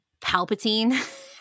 Palpatine